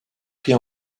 pris